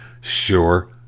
Sure